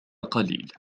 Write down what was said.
قليل